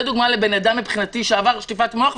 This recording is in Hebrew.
זאת דוגמה לאדם שעבר שטיפת מוח,